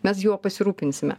mes juo pasirūpinsime